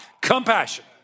compassion